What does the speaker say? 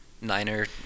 Niner